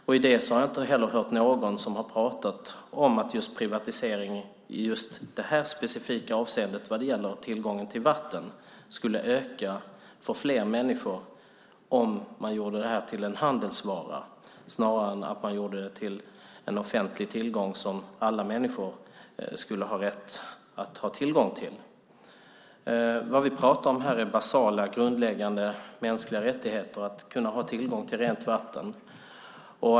Jag har heller inte hört någon som har pratat om att privatisering i just det här specifika avseendet skulle öka tillgången till vatten för fler människor om man gjorde det till en handelsvara snarare än att man gjorde det till en offentlig tillgång som alla människor skulle ha rätt att ha tillgång till. Det vi pratar om här är basala, grundläggande mänskliga rättigheter - att kunna ha tillgång till rent vatten.